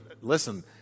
listen